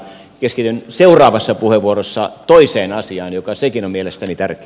keskityn seuraavassa puheenvuorossa toiseen asiaan joka sekin on mielestäni tärkeä